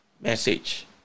message